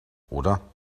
oder